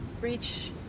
reach